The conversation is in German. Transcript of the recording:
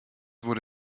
wurde